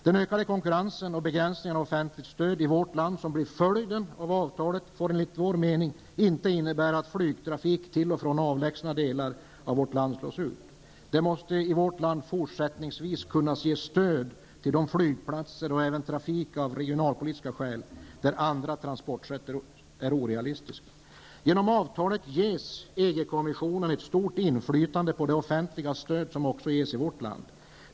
Den ökande konkurrensen och begränsningar av offentligt stöd i vårt land som blir en följd av avtalet får enligt vår mening inte innebära att flygtrafik till och från avlägsna delar av landet slås ut. Man måste även i vårt land fortsättningsvis av regionalpolitiska skäl kunna ge stöd till flygplatser och också till annan trafik när andra transportsätt är orealistiska. Genom avtalet ges EG-kommissionen ett stort inflytande på det offentiga stöd som utbetalas också i vårt land.